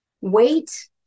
Wait